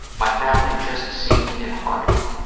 my family just seemed in harmony.